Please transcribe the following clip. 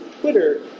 Twitter